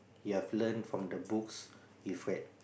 you've learned from the books you've read